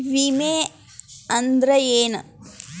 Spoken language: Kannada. ವಿಮೆ ಅಂದ್ರೆ ಏನ?